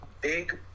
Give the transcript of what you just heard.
big